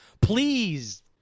Please